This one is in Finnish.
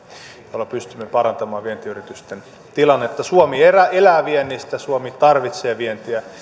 joilla pystymme parantamaan vientiyritysten tilannetta suomi elää elää viennistä suomi tarvitsee vientiä